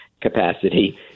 capacity